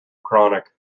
chronic